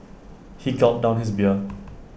he gulped down his beer